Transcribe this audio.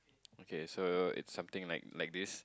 okay so it's something like like this